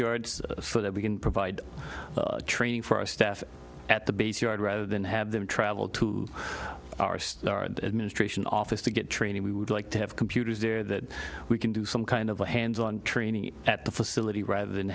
yards so that we can provide training for our staff at the base yard rather than have them travel to our star administration office to get training we would like to have computers there that we can do some kind of a hands on training at the facility rather than